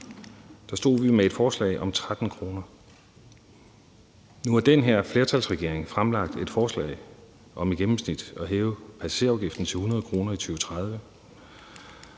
Der stod vi med et forslag om 13 kr. Nu har den her flertalsregering fremlagt et forslag om i gennemsnit at hæve passagerafgiften til 100 kr. i 2030,